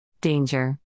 Danger